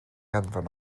anfon